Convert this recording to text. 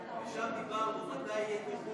ושם דיברנו מתי יהיה תרגום